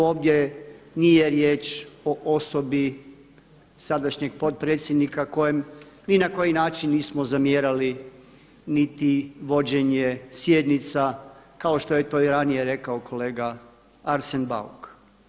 Ovdje nije riječ o osobi sadašnjeg potpredsjednika kojem ni na koji način nismo zamjerali niti vođenje sjednica kao što je to i ranije rekao kolega Arsen Bauk.